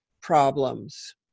problems